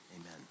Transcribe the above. amen